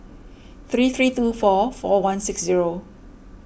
three three two four four one six zero